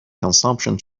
consumption